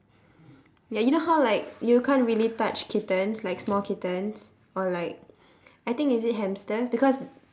ya you know how like you can't really touch kittens like small kittens or like I think is it hamsters because